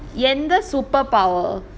super power